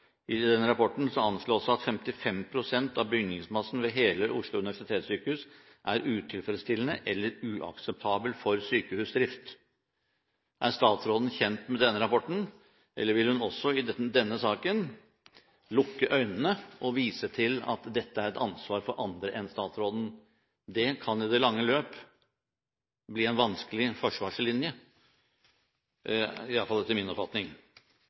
med denne rapporten? Eller vil hun også i denne saken lukke øynene og vise til at dette er et ansvar for andre enn statsråden? Det kan i det lange løp bli en vanskelig forsvarslinje, i alle fall etter min oppfatning.